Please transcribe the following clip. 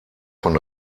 von